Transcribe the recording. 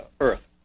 Earth